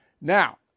now